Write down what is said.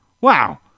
Wow